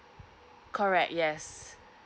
correct yes